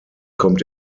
kommt